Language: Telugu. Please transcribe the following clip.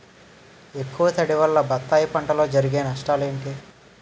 ఎక్కువ తడి వల్ల బత్తాయి పంటలో జరిగే నష్టాలేంటి?